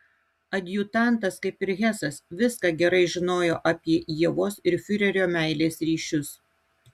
adjutantas kaip ir hesas viską gerai žinojo apie ievos ir fiurerio meilės ryšius